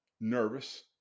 nervous